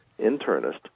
internist